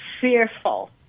fearful